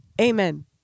amen